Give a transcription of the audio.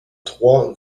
trois